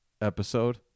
episode